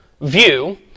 view